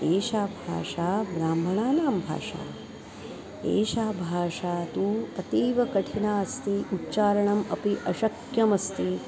एषा भाषा ब्राह्मणानां भाषा एषा भाषा तु अतीवकठिना अस्ति उच्चारणम् अपि अशक्यमस्ति